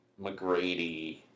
McGrady